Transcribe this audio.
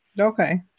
Okay